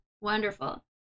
Wonderful